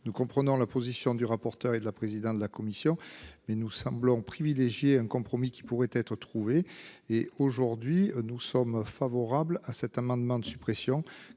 Nous comprenons la position du rapporteur et de la présidente de la commission mais nous semblons privilégier un compromis qui pourrait être trouvée et aujourd'hui nous sommes favorables à cet amendement de suppression